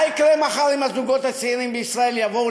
מה יקרה מחר אם הזוגות הצעירים בישראל יבואו,